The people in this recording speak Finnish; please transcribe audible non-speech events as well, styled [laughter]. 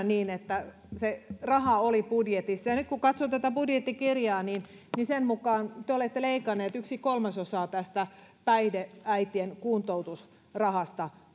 [unintelligible] niin että se raha oli budjetissa nyt kun katson tätä budjettikirjaa niin niin sen mukaan te olette leikanneet yksi kolmasosaa tästä päihdeäitien kuntoutusrahasta [unintelligible]